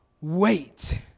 wait